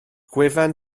gwefan